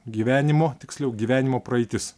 gyvenimo tiksliau gyvenimo praeitis